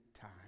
time